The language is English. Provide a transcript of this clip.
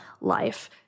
life